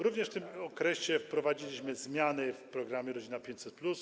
Również w tym okresie wprowadziliśmy zmiany w programie „Rodzina 500+”